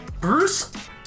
Bruce